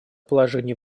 положении